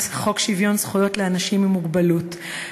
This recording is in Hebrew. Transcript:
חוק שוויון זכויות לאנשים עם מוגבלות.